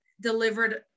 delivered